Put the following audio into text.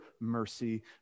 mercy